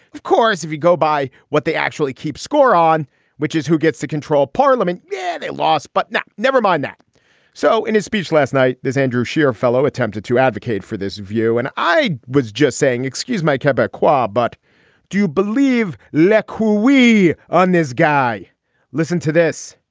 of course if you go by what they actually keep score on which is who gets to control parliament yeah they lost but never mind that so in his speech last night there's andrew scheer fellow attempted to advocate for this view and i was just saying excuse my comeback qua but do you believe nick who we on this guy listen to this.